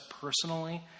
personally